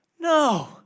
No